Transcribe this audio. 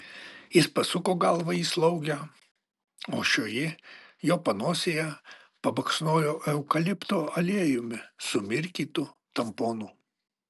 jis pasuko galvą į slaugę o šioji jo panosėje pabaksnojo eukalipto aliejumi sumirkytu tamponu